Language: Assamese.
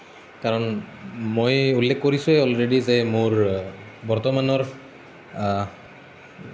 কাৰণ মই উল্লেখ কৰিছোঁৱে অলৰেডি যে মোৰ বৰ্তমানৰ